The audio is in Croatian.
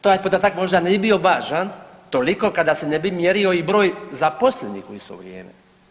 Taj podatak možda ne bi bio važan toliko kada se ne bi mjerio i broj zaposlenih u isto vrijeme.